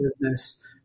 business